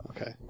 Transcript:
okay